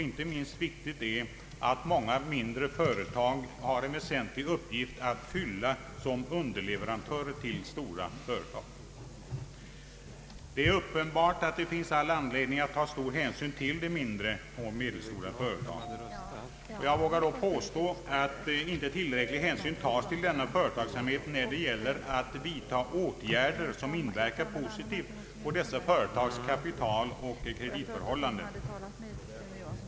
Inte minst viktigt är att många mindre företag har en väsentlig uppgift att fylla som underleverantörer till stora företag. Det finns uppenbart all anledning att ta stor hänsyn till de mindre och medelstora företagen. Jag vågar dock påstå att inte tillräcklig hänsyn tas till denna företagsamhet när det gäller att vidta åtgärder som inverkar positivt på dess kapitaloch kreditförhållanden.